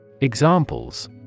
Examples